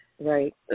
Right